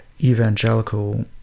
evangelical